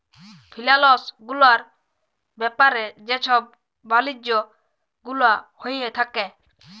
ফিলালস গুলার ব্যাপারে যে ছব বালিজ্য গুলা হঁয়ে থ্যাকে